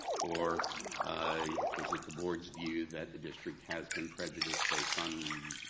or is it the board's view that the district has been prejudiced based on the